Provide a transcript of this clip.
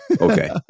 Okay